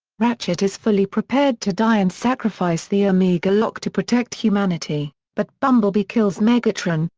ratchet is fully prepared to die and sacrifice the omega lock to protect humanity, but bumblebee kills megatron,